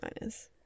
minus